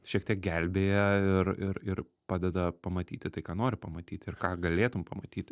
šiek tiek gelbėja ir ir ir padeda pamatyti tai ką nori pamatyti ir ką galėtum pamatyti